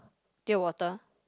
pail of water